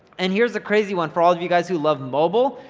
and here's a crazy one. for all of you guys who love mobile,